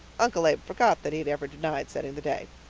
uncle abe forgot that he had ever denied setting the day.